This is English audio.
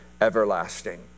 everlasting